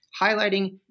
highlighting